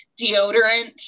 deodorant